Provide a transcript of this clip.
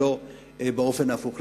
לא באופן הפוך.